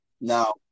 Now